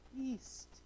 East